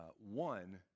One